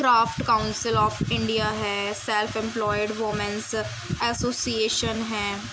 craft council of India ہے self employed womens association ہیں